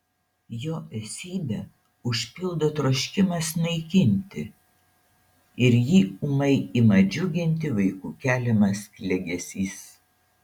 jo esybę užpildo troškimas naikinti ir jį ūmai ima džiuginti vaikų keliamas klegesys